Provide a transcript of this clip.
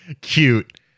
cute